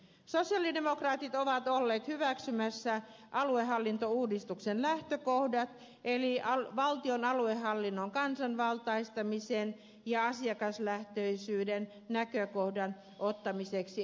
sosialidemokraatit ovat olleet hyväksymässä aluehallintouudistuksen lähtökohdat eli valtion aluehallinnon kansanvaltaistamisen ja asiakaslähtöisyyden näkökohdan ottamisen etusijalle